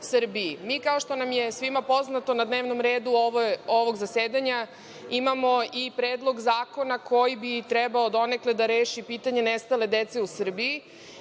kao što nam je svima poznato, na dnevnom redu ovog zasedanja imamo i Predlog zakona koji bi trebao donekle da reši pitanje nestale dece u Srbiji